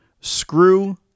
screw